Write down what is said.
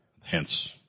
Hence